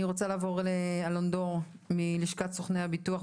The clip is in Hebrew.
אני רוצה לעבור לאלון דור מלשכת סוכני הביטוח,